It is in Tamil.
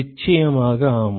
நிச்சயமாக ஆம்